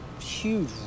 huge